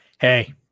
Hey